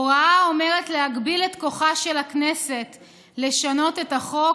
הוראה האומרת להגביל את כוחה של הכנסת לשנות את החוק